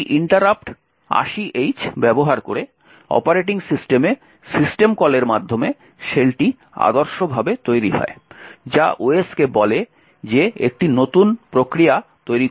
একটি interrupt 80H ব্যবহার করে অপারেটিং সিস্টেমে সিস্টেম কলের মাধ্যমে শেলটি আদর্শভাবে তৈরি হয় যা OS কে বলে যে একটি নতুন প্রক্রিয়া তৈরি করতে হবে